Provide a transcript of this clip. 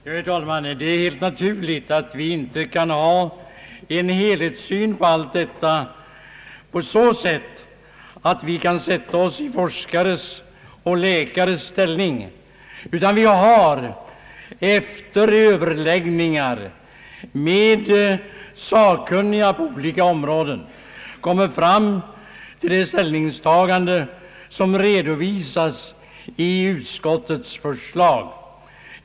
Herr talman! Det är helt naturligt att vi inte kan ha en helhetssyn på allt detta i den meningen att vi kan sätta oss in i forskares och läkares många komplicerade uppgifter. Vi har dock efter överläggningar med sakkunniga på olika områden kommit fram till det ställningstagande som redovisas i utskottets förslag.